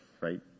right